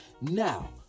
Now